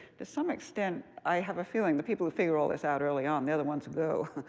to some extent, i have a feeling the people who figure all this out early on, they are the ones who go.